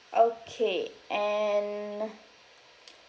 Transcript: okay and